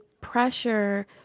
pressure